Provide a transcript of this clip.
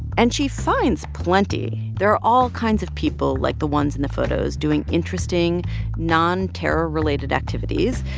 and she finds plenty. there are all kinds of people like the ones in the photos doing interesting non-terror-related activities.